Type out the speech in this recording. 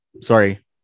Sorry